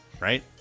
right